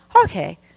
okay